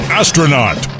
astronaut